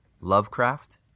Lovecraft